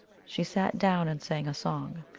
she sat down and sang a song.